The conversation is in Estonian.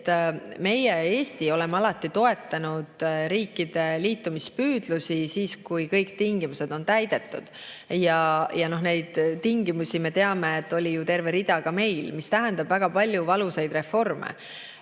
meie, Eesti oleme alati toetanud riikide liitumispüüdlusi, kui kõik tingimused on täidetud. Neid tingimusi me teame, oli neid ju terve rida ka meil, ja see tähendab väga palju valusaid reforme. Nüüd,